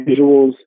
visuals